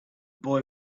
boy